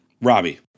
Robbie